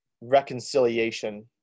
reconciliation